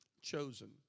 chosen